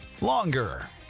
longer